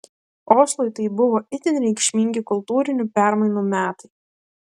oslui tai buvo itin reikšmingi kultūrinių permainų metai